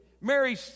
Mary